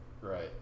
Right